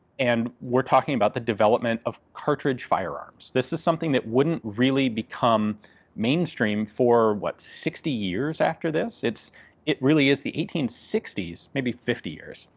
and we're talking about the development of cartridge firearms. this is something that wouldn't really become mainstream for, what, sixty years after this. it really is the eighteen sixty s maybe fifty years,